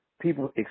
people